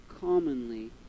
commonly